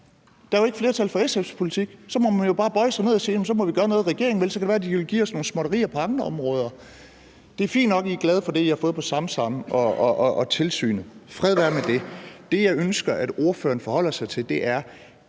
Der er jo ikke flertal for SF's politik, og så må man jo bare bøje sig ned og sige: Så må vi gøre noget, regeringen vil, og så kan det være, de vil give os nogle småtterier på andre områder. Det er fint nok, I er glade for det, I har fået i forhold til Samsamsagen og tilsynet – fred være med det – men det, jeg ønsker at ordføreren forholder sig til, er,